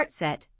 Heartset